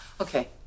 Okay